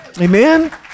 Amen